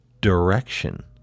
direction